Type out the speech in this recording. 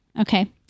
Okay